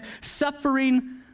suffering